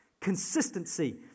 Consistency